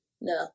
No